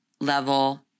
level